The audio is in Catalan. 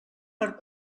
per